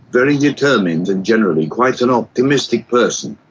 very determined, and generally quite an optimistic person.